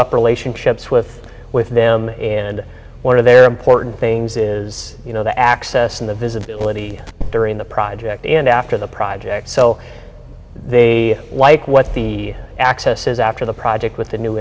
r relationships with with them and one of their important things is you know the access and the visibility during the project and after the project so they like what the access is after the project with the new